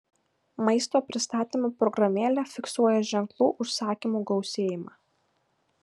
maisto pristatymo programėlė fiksuoja ženklų užsakymų gausėjimą